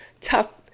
tough